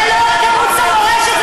זה לא רק ערוץ המורשת,